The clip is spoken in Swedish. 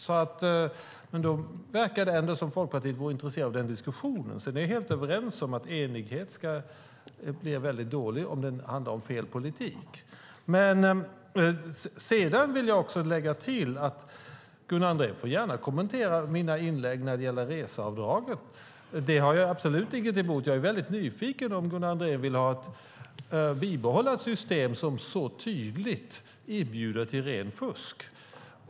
Det verkar ändå som att Folkpartiet är intresserat av en diskussion. Vi är helt överens om att enighet är väldigt dålig om den handlar om fel politik. Jag vill lägga till att Gunnar Andrén gärna får kommentera mina inlägg när det gäller reseavdragen. Det har jag ingenting emot. Jag är väldigt nyfiken på att få veta om Gunnar Andrén vill bibehålla ett system som så tydligt inbjuder till rent fusk.